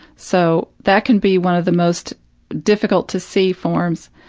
so that can be one of the most difficult to see forms.